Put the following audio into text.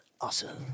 awesome